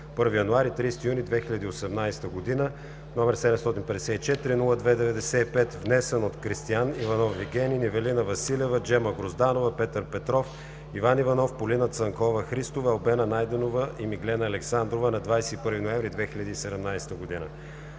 1 януари – 30 юни 2018 г., № 754-02-95, внесен от Кристиан Иванов Вигенин, Ивелина Василева, Джема Грозданова, Петър Петров, Иван Иванов, Полина Цанкова – Христова, Албена Найденова и Миглена Александрова на 21 ноември 2017 г.